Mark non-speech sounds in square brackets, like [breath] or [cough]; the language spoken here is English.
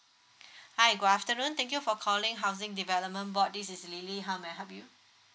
[breath] hi good afternoon thank you for calling housing development board this is lily how may I help you